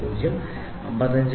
89555 mm Minimum Dimension 57